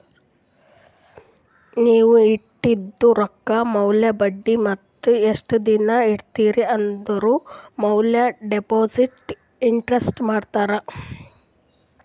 ನೀವ್ ಇಟ್ಟಿದು ರೊಕ್ಕಾ ಮ್ಯಾಲ ಬಡ್ಡಿ ಮತ್ತ ಎಸ್ಟ್ ದಿನಾ ಇಡ್ತಿರಿ ಆಂದುರ್ ಮ್ಯಾಲ ಡೆಪೋಸಿಟ್ ಇಂಟ್ರೆಸ್ಟ್ ಮಾಡ್ತಾರ